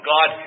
God